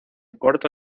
corto